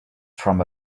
from